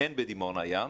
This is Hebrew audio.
אין בדימונה ים,